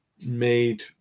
made